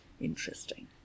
interesting